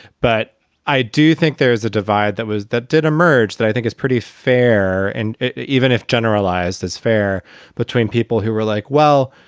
but i do think there is a divide that was that did emerge that i think is pretty fair and even if generalized, that's fair between people who were like, well,